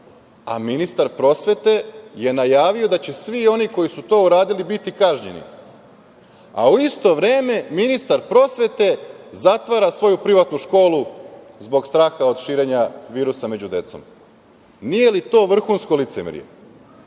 Ministar prosvete je najavio da će svi oni koji su to uradili biti kažnjeni, a u isto vreme ministar prosvete zatvara svoju privatnu školu zbog straha od širenja virusa među decom. Nije li to vrhunsko licemerje?